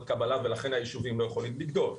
קבלה ולכן היישובים לא יכולים לגדול.